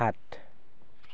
সাত